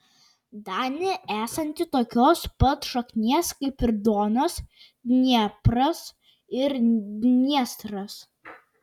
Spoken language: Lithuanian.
danė esanti tokios pat šaknies kaip ir donas dniepras ir dniestras